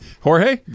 Jorge